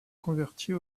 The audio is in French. convertit